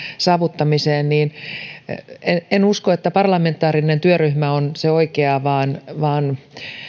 saavuttamiseksi en usko että parlamentaarinen työryhmä on siihen oikea vaan vaan